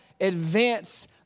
advance